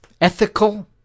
ethical